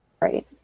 Right